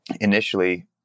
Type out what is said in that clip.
initially